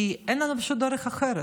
פשוט כי אין לנו דרך אחרת.